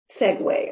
segue